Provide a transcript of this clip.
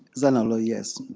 santoli, yes.